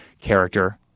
character